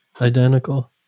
identical